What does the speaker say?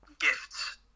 gifts